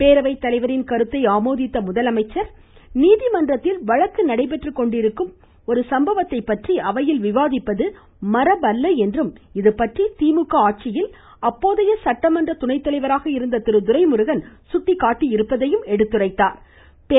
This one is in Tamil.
பேரவை தலைவரின் கருத்தை ஆமோதித்த முதலமைச்சர் நீதிமன்றத்தில் வழக்கு நடைபெற்று கொண்டிருக்கும்ஒரு சம்பவத்தை பற்றி அவையில் விவாதிப்பது மரபல்ல என்றும் இதுபற்றி திமுக ஆட்சியில் சட்டமன்ற துணைதலைவராக இருந்த திரு துரைமுருகன் சுட்டிக்காட்டியதாகவும் எடுத்துரைத்தார்